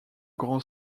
grand